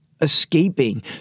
Escaping